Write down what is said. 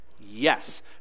Yes